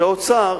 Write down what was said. האוצר